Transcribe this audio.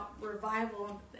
revival